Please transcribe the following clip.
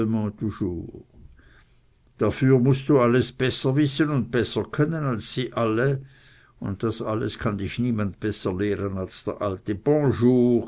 dafür mußt du alles besser wissen und besser können als sie alle und das alles kann dich niemand besser lehren als der alte